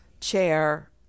chair